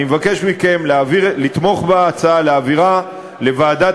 אני מבקש מכם לתמוך בהצעה ולהעבירה לוועדת